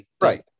Right